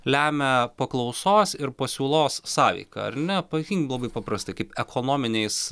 lemia paklausos ir pasiūlos sąveika ar ne paimkim labai paprastai kaip ekonominiais